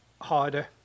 harder